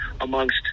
amongst